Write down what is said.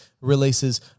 releases